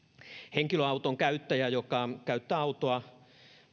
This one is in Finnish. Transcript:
henkilöauton käyttäjä joka käyttää autoa